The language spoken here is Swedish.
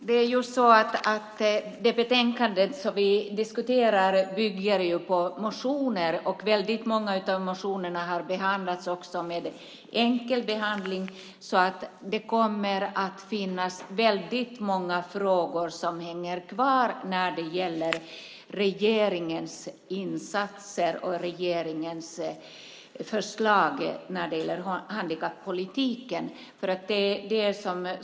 Fru talman! Det betänkande som vi diskuterar bygger på motioner, och väldigt många av motionerna har behandlats med förenklad behandling. Det kommer därför att vara väldigt många frågor som hänger kvar när det gäller regeringens insatser och regeringens förslag i handikappolitiken.